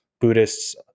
Buddhists